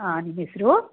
ಹಾಂ ನಿಮ್ಮ ಹೆಸ್ರು